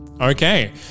Okay